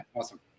awesome